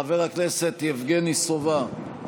חבר הכנסת יבגני סובה,